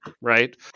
right